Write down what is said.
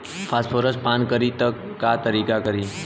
Phosphorus पान करी त का करी?